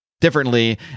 differently